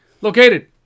located